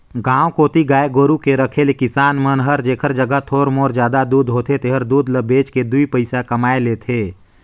गांव कोती गाय गोरु के रखे ले किसान मन हर जेखर जघा थोर मोर जादा दूद होथे तेहर दूद ल बेच के दुइ पइसा कमाए लेथे